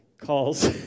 calls